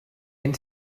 ens